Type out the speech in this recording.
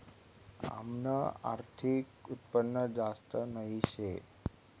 आमनं आर्थिक उत्पन्न जास्त नही शे